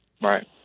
right